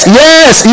yes